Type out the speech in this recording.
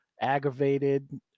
aggravated